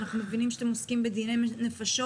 אנחנו מבינים שאתם עוסקים בדיני נפשות